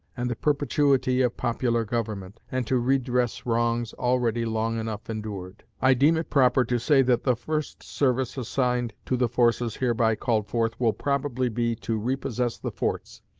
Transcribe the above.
and the perpetuity of popular government, and to redress wrongs already long enough endured. i deem it proper to say that the first service assigned to the forces hereby called forth will probably be to repossess the forts,